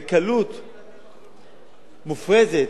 בקלות מופרזת,